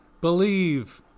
Believe